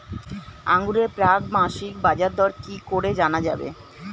আঙ্গুরের প্রাক মাসিক বাজারদর কি করে জানা যাবে?